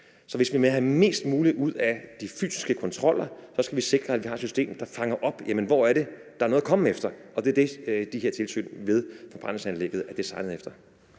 Så hvis vi vil have mest muligt ud af de fysiske kontroller, skal vi sikre, at vi har et system, der opfanger det. Hvor er det, at der er noget at komme efter? Og det er det, de her tilsyn ved forbrændingsanlæggene er designet efter.